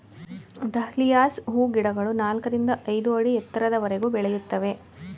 dahlias ಹೂಗಿಡಗಳು ನಾಲ್ಕರಿಂದ ಐದು ಅಡಿ ಎತ್ತರದವರೆಗೂ ಬೆಳೆಯುತ್ತವೆ